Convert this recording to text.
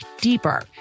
deeper